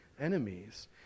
enemies